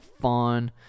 fun